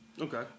Okay